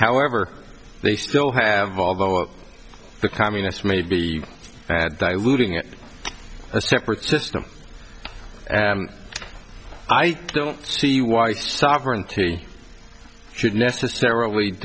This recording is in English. however they still have although the communist may be at diluting it a separate system i don't see why sovereignty should necessarily